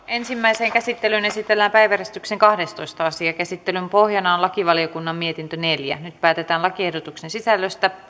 ensimmäiseen käsittelyyn esitellään päiväjärjestyksen kahdestoista asia käsittelyn pohjana on lakivaliokunnan mietintö neljä nyt päätetään lakiehdotusten sisällöstä